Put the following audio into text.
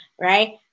right